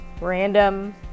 Random